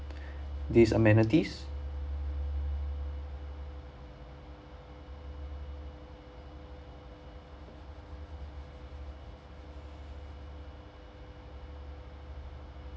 this amenities